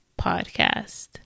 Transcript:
Podcast